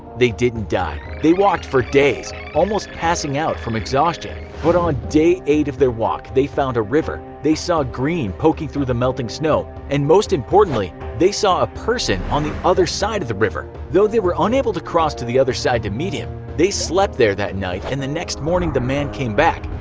they didn't die. they walked for days, almost passing out from exhaustion, but on day eight of their walk they found a river, they saw green poking through the melting snow, and most importantly, they saw a person on the other side of the river, though they were unable to cross to the other side to meet him. they slept there that night and the next morning the man came back.